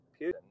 Putin